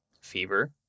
fever